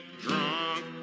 drunk